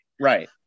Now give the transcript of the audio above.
Right